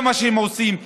זה מה שהם עושים.